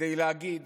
כדי להגיד